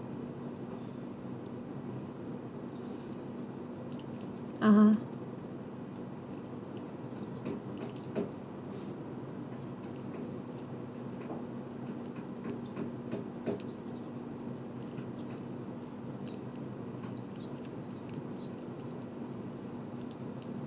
(uh huh)